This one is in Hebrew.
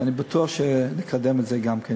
ואני בטוח שנקדם את זה גם כן.